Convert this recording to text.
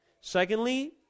Secondly